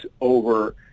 over